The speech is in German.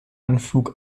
anflug